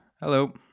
Hello